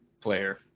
Player